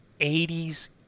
80s